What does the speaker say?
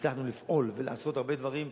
הצלחנו לפעול ולעשות הרבה דברים,